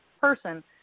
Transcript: person